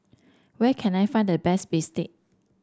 where can I find the best Bistake